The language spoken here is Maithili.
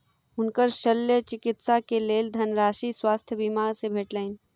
हुनकर शल्य चिकित्सा के लेल धनराशि स्वास्थ्य बीमा से भेटलैन